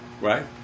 right